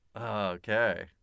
Okay